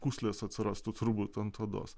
pūslės atsirastų turbūt ant odos